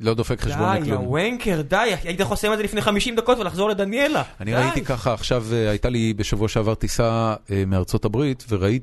לא דופק חשבוני כלום. די, אה, ווינקר, די. היית חוסם על זה לפני חמישים דקות ולחזור לדניאלה. אני ראיתי ככה עכשיו, הייתה לי בשבוע שעבר טיסה מארצות הברית, וראיתי...